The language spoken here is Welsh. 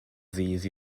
ddydd